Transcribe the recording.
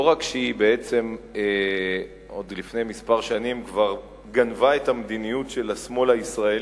לא רק שהיא עוד לפני שנים מספר כבר גנבה את המדיניות של השמאל הישראלי,